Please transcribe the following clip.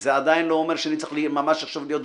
זה עדיין לא אומר שאני צריך ממש עכשיו להיות גולש.